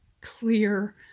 clear